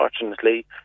unfortunately